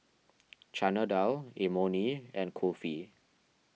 Chana Dal Imoni and Kulfi